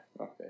Okay